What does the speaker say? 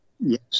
Yes